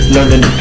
Learning